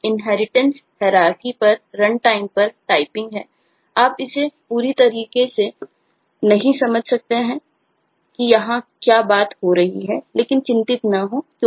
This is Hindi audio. आगे कॉन्करेन्सी के बारे में बात करेंगे